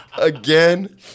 again